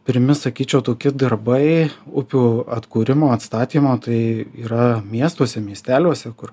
pirmi sakyčiau toki darbai upių atkūrimo atstatymo tai yra miestuose miesteliuose kur